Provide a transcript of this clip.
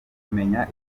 kumenya